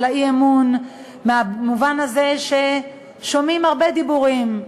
האי-אמון במובן הזה ששומעים הרבה דיבורים,